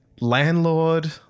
landlord